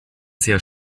sehr